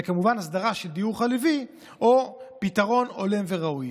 וכמובן הסדרה של דיור חלופי או פתרון הולם וראוי.